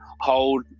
hold